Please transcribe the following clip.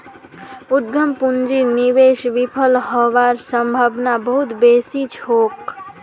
उद्यम पूंजीर निवेश विफल हबार सम्भावना बहुत बेसी छोक